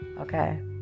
Okay